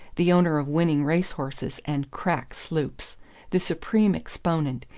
the owner of winning race-horses and crack sloops the supreme exponent,